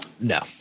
No